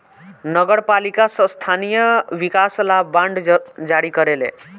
नगर पालिका स्थानीय विकास ला बांड जारी करेले